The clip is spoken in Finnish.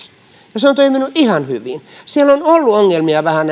ja se on toiminut ihan hyvin siellä on ollut ongelmia vähän